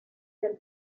del